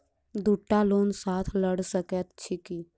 दु टा लोन साथ लऽ सकैत छी की?